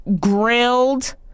grilled